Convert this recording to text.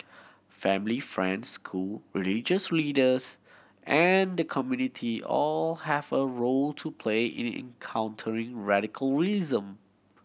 family friends school religious leaders and the community all have a role to play it in countering